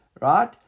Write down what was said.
right